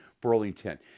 Burlington